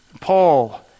Paul